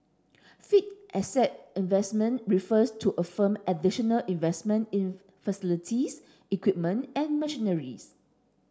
fixed asset investment refers to a firm additional investment in facilities equipment and machineries